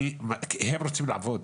הם רוצים לעבוד.